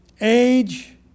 Age